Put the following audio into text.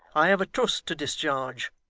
i have a trust to discharge,